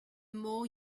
more